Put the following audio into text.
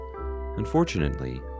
Unfortunately